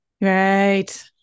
Right